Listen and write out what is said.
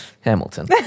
Hamilton